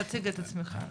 תציג את עצמך.